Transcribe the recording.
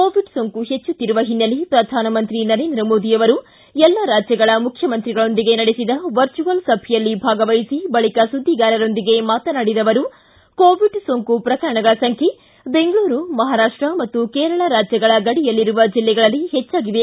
Covid ಸೋಂಕು ಹೆಚ್ಚುತ್ತಿರುವ ಹಿನ್ನೆಲೆ ಪ್ರಧಾನಮಂತ್ರಿ ನರೇಂದ್ರ ಮೋದಿ ಅವರು ಎಲ್ಲ ರಾಜ್ಯಗಳ ಮುಖ್ಚಿಮಂತ್ರಿಗಳೊಂದಿಗೆ ನಡೆಸಿದ ವರ್ಚುವಲ್ ಸಭೆಯಲ್ಲಿ ಭಾಗವಹಿಸಿ ಬಳಕ ಸುದ್ದಿಗಾರರೊಂದಿಗೆ ಮಾತನಾಡಿದ ಅವರು ಕೋವಿಡ್ ಸೋಂಕು ಪ್ರಕರಣಗಳ ಸಂಬ್ಧೆ ಬೆಂಗಳೂರು ಮಹಾರಾಷ್ಟ ಹಾಗೂ ಕೇರಳ ರಾಜ್ಯಗಳ ಗಡಿಯಲ್ಲಿರುವ ಜಲ್ಲೆಗಳಲ್ಲಿ ಹೆಚ್ಚಾಗಿವೆ